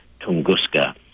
Tunguska